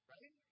Right